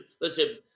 Listen